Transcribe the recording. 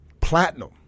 platinum